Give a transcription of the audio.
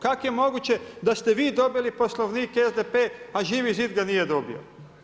Kako je moguće da ste vi dobili Poslovnik SDP, a Živi zid ga nije dobio?